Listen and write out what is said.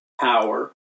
power